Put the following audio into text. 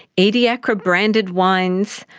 ediacara-branded wines,